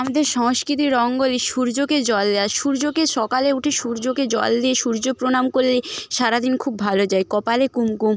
আমাদের সংস্কৃতি রঙ্গোলি সূর্যকে জল দেওয়া সূর্যকে সকালে উঠে সূর্যকে জল দিয়ে সূর্য প্রণাম করলে সারা দিন খুব ভালো যায় কপালে কুমকুম